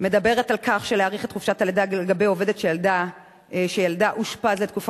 מדברת על הארכת חופשת הלידה לעובדת שילדה אושפז לתקופה